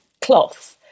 cloth